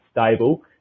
stable